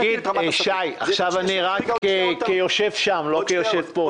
תגיד שי, עכשיו אני רק כיושב שם, לא כיושב פה.